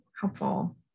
helpful